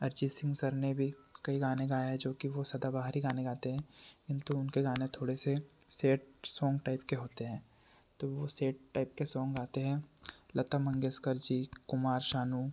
अर्जित सिंह सर ने भी कई गाने गाए हैं जो कि वो सदाबहार ही गाने गाते हैं किन्तु उनके गाने थोड़े से सेड सौंग टैप के होते हैं तो वो सेट टैप के सौंग गाते हैं लता मँगेशकर जी कुमार शानू